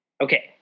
Okay